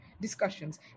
discussions